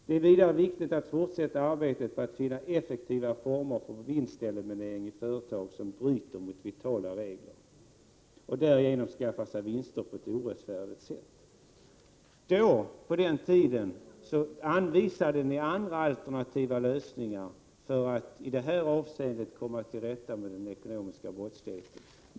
Det är vidare viktigt att fortsätta arbetet på att finna effektiva former för vinsteliminering i företag som bryter mot vitala regler och därigenom skaffar sig vinster på ett orättfärdigt sätt. På den tiden anvisade ni alternativa lösningar för att komma till rätta med den ekonomiska brottsligheten.